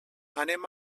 anem